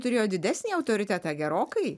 turėjo didesnį autoritetą gerokai